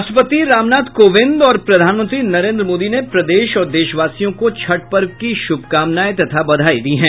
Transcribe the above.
राष्ट्रपति रामनाथ कोविंद और प्रधानमंत्री नरेन्द्र मोदी ने प्रदेश और देशवासियों को छठ पर्व की शुभकामनाएं तथा बधाई दी है